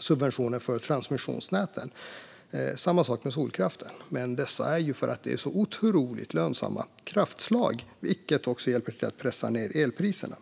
subventioner för transmissionsnäten. Samma sak är det med solkraften. Men det är för att de är så otroligt lönsamma kraftslag, vilket hjälper till att pressa ned elpriserna.